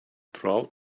throughout